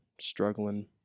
struggling